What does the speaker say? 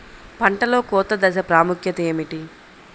పంటలో కోత దశ ప్రాముఖ్యత ఏమిటి?